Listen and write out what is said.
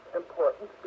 important